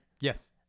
Yes